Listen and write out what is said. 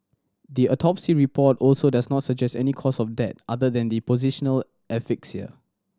the autopsy report also does not suggest any cause of death other than the positional asphyxia